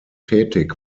tätig